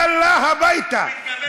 יאללה הביתה.